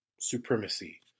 supremacy